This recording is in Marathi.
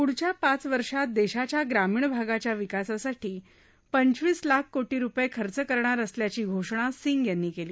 पुढच्या पाच वर्षात देशाच्या ग्रामीण भागाच्या विकासासाठी पंचवीस लाख कोटी रुपये खर्च करणार असल्याची घोषणा सिंह यांनी केली